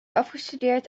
afgestudeerd